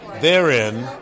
therein